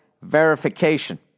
verification